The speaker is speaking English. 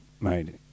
made